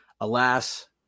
alas